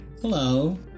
Hello